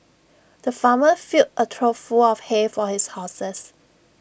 the farmer filled A trough full of hay for his horses